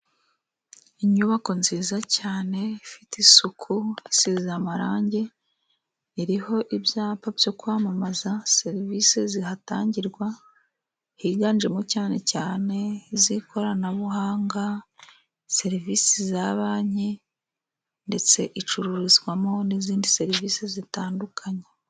Inyubako nziza cyane ifite isuku, isize amarangi, iriho ibyapa byo kwamamaza serivisi zihatangirwa, higanjemo cyane cyane iz'ikoranabuhanga, serivisi za banki, ndetse icururizwamo n'izindi serivisi zitandukanye.